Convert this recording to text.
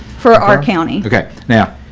for our county. okay, now,